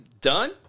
done